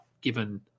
given